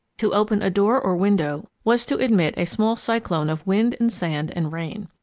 to open a door or window was to admit a small cyclone of wind and sand and rain.